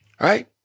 Right